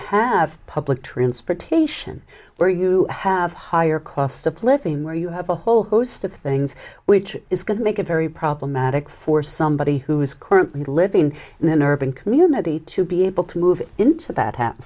have public transportation where you have higher cost of living where you have a whole host of things which is going to make it very problematic for somebody who is currently living in an urban community to be able to move into that